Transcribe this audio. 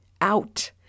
out